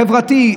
חברתי,